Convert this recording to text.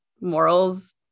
morals